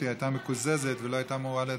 היא הייתה מקוזזת ולא הייתה אמורה להצביע,